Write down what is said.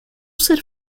ser